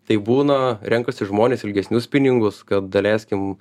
tai būna renkasi žmonės ilgesnius spiningus kad daleiskim